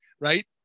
right